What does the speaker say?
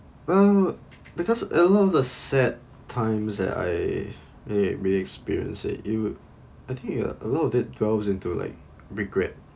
well because a lot of the sad times that I may may experience it it would I think uh a lot of it dwells into like regret